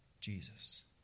Jesus